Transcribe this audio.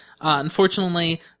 Unfortunately